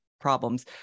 problems